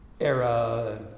era